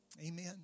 Amen